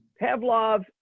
Pavlov